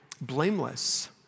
blameless